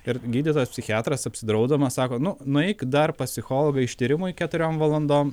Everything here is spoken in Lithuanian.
ir gydytojas psichiatras apsidrausdamas sako nu nueik dar pas psichologą ištyrimui keturiom valandom